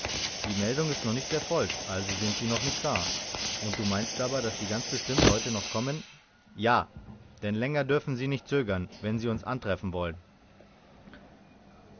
die meldung ist noch nicht erfolgt also sind sie noch nicht da und du meinst aber daß sie ganz bestimmt heut noch kommen ja denn länger dürfen sie nicht zögern wenn sie uns antreffen wollen